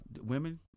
women